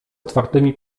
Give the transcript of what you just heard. otwartymi